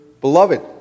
beloved